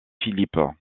philippe